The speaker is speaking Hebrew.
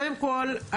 קודם כל,